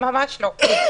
ממש לא.